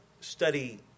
study